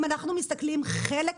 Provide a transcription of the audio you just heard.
אם אנחנו מסתכלים חלק